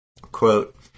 Quote